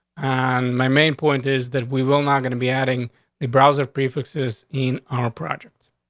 on my main point is that we will not gonna be adding the browser prefixes in our project.